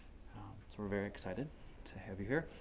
so we're very excited to have you here.